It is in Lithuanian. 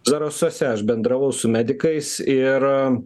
zarasuose aš bendravau su medikais ir